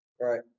Right